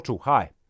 hi